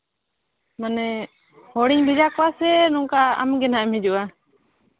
ᱢᱟᱱᱮ ᱦᱚᱲᱤᱧ ᱵᱷᱮᱡᱟ ᱠᱚᱣᱟ ᱥᱮ ᱱᱚᱝᱠᱟ ᱟᱢᱜᱮ ᱦᱟᱸᱜ ᱮᱢ ᱦᱤᱡᱩᱜᱼᱟ